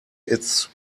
its